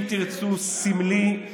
אם תרצו זה סמלי,